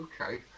Okay